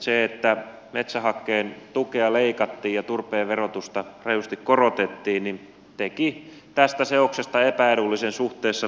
se että metsähakkeen tukea leikattiin ja turpeen verotusta rajusti korotettiin teki tästä seoksesta epäedullisen suhteessa kivihiileen